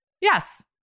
Yes